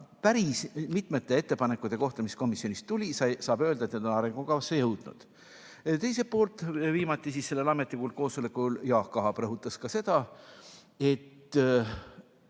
päris mitmete ettepanekute kohta, mis komisjonist tulid, saab öelda, et need on arengukavasse jõudnud. Teiselt poolt, viimati sellel ametlikul koosolekul Jaak Aab rõhutas ka seda, et